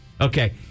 Okay